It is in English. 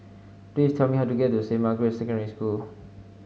please tell me how to get to Saint Margaret's Secondary School